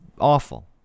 awful